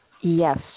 Yes